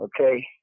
Okay